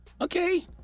okay